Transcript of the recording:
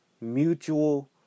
mutual